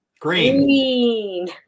green